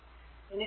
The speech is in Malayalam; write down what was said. ഇനി ഫിഗർ 2